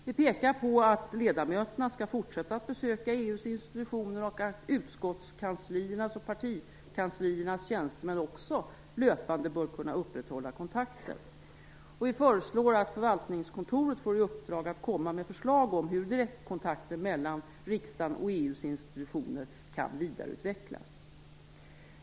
Vi pekar på att ledamöterna skall fortsätta att besöka EU:s institutioner och att också utskottskansliernas och partikansliernas tjänstemän löpande bör kunna upprätthålla kontakten. Vi föreslår att förvaltningskontoret får i uppdrag att komma med förslag om hur direktkontakter mellan riksdagen och EU:s institutioner kan vidareutvecklas.